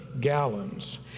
gallons